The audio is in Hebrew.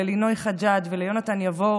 לינוי חג'ג ויהונתן יבור,